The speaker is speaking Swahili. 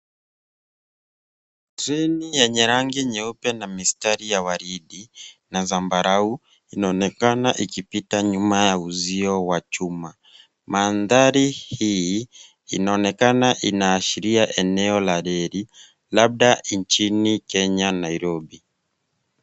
Treni yenye rangi nyeupe na mistari ya waridi na zambarau inaonekana ikipita nyuma ya uzio wa chuma. Mandhari hii inaonekana inaashiria eneo la reli labda nchini Kenya, Nairobi.